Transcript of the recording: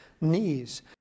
knees